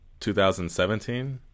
2017